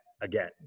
again